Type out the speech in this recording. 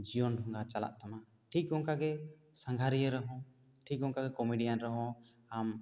ᱡᱤᱭᱚᱱ ᱰᱷᱚᱸᱜᱟ ᱪᱟᱞᱟᱜ ᱛᱟᱢᱟ ᱴᱷᱤᱠ ᱚᱱᱠᱟ ᱜᱮ ᱥᱟᱸᱜᱷᱟᱨᱤᱭᱟᱹ ᱨᱮᱦᱚᱸ ᱴᱷᱤᱠ ᱚᱱᱠᱟ ᱜᱮ ᱠᱚᱢᱮᱰᱤᱭᱟᱱ ᱨᱮᱦᱚᱸ ᱟᱢ